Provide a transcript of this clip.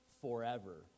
forever